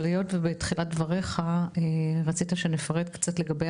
אבל היות ובתחילת דבריך רצית שנפרט קצת לגבי